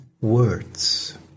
words